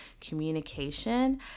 communication